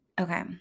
okay